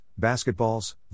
basketballs